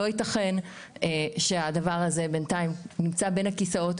לא ייתכן שהדבר הזה בינתיים נמצא בין הכיסאות,